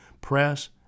press